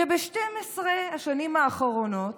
שב-12 השנים האחרונות